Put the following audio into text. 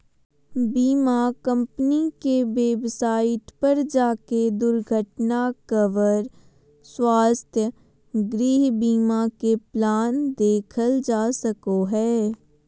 बीमा कम्पनी के वेबसाइट पर जाके दुर्घटना कवर, स्वास्थ्य, गृह बीमा के प्लान देखल जा सको हय